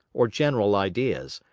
or general ideas,